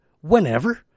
whenever